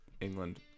England